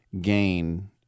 gain